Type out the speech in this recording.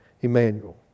Emmanuel